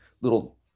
little